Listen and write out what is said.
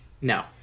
No